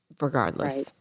regardless